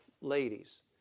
ladies